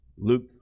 Luke